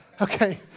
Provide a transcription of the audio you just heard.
Okay